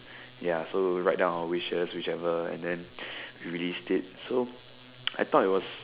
ya so we write down our wishes whichever and then we released it so I thought it was